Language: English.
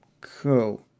Cool